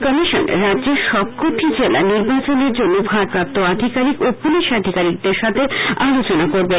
commission রাজ্যের সবকটি জেলাকে নির্বাচনের জন্য ভারপ্রাপ্ত আধিকারিক ও পুলিশ আধিকারিকদের সাথে আলোচনা করবেন